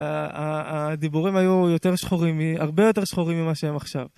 הדיבורים היו יותר שחורים, הרבה יותר שחורים ממה שהם עכשיו.